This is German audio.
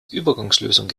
übergangslösung